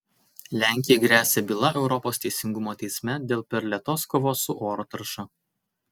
lenkijai gresia byla europos teisingumo teisme dėl per lėtos kovos su oro tarša